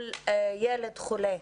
מול ילד חולה,